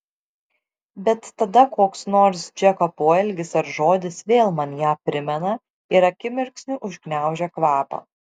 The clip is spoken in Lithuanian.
bet tada koks nors džeko poelgis ar žodis vėl man ją primena ir akimirksniu užgniaužia kvapą